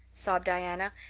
sobbed diana,